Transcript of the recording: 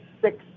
six